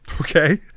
Okay